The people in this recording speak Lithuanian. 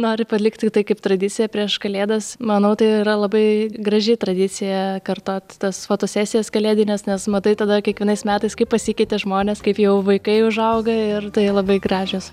nori palikt tiktai kaip tradiciją prieš kalėdas manau tai yra labai graži tradicija kartot tas fotosesijas kalėdines nes matai tada kiekvienais metais kaip pasikeitė žmonės kaip jau vaikai užauga ir tai labai gražios